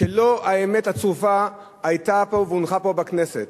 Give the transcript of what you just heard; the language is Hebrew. שלא האמת הצרופה היתה פה והונחה פה בכנסת.